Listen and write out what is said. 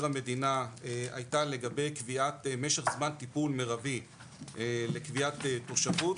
המדינה היתה לגבי קביעת משך זמן טיפול מרבי לקביעת תושבות,